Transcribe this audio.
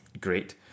Great